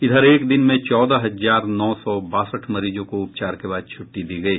इधर एक दिन में चौदह हजार नौ सौ बासठ मरीजों को उपचार के बाद छुट्टी दी गयी